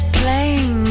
plain